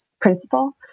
principle